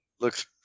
Looks